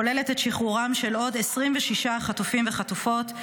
כוללת את שחרורם של עוד 26 חטופים וחטופות,